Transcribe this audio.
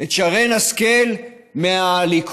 את שרן השכל מהליכוד?